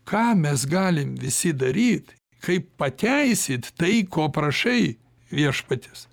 ką mes galim visi daryt kaip pateisyt tai ko prašai viešpaties